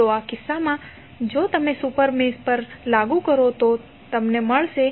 તો આ કિસ્સામાં જો તમે સુપર મેશ પર લાગુ કરો તો શું થશે